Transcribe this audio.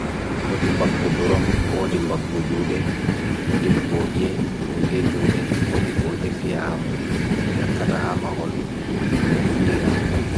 wodim bag gudurom, wodim bag gudjude, wodig oge, goge jude, wodig oge fiyam, betakata amahol rafira.